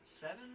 seven